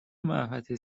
محوطه